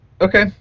Okay